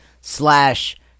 slash